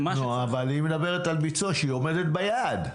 אבל היא מדברת על ביצוע, שהיא עומדת ביעד.